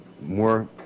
more